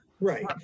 right